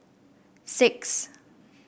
six